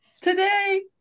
today